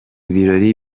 birori